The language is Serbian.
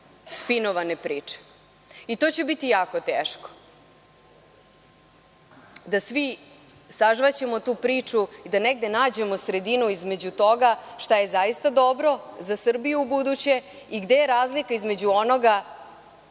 spinovane priče. To će biti jako teško da svi sažvaćemo tu priču i da negde nađemo sredinu između toga šta je zaista dobro za Srbiju ubuduće i gde je razlika između onoga